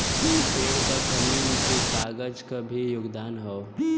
पेड़ क कमी में कागज क भी योगदान हौ